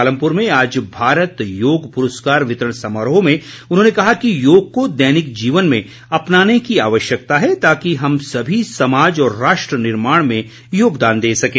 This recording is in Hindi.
पालमप्र में आज भारत योग पुरस्कार वितरण समारोह में उन्होंने कहा कि योग को दैनिक जीवन में अपनाने की आवश्यकता है ताकि हम सभी समाज और राष्ट्र निर्माण में योगदान दे सकें